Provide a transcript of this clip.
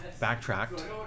backtracked